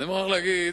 אני מוכרח להגיד,